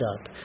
up